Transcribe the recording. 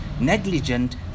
negligent